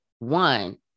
One